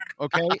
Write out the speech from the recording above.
Okay